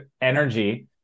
energy